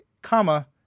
Comma